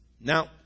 Now